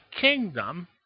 kingdom